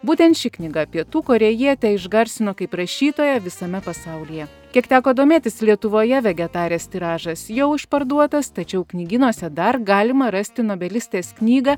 būtent ši knyga pietų korėjietę išgarsino kaip rašytoją visame pasaulyje kiek teko domėtis lietuvoje vegetarės tiražas jau išparduotas tačiau knygynuose dar galima rasti novelistės knygą